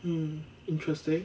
hmm interesting